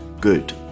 Good